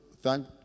thank